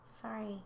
Sorry